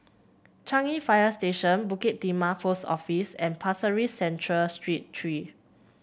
Changi Fire Station Bukit Timah Post Office and Pasir Ris Central Street Three